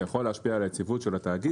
זה יכול להשפיע על היציבות של התאגיד